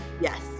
Yes